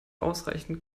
ausreichend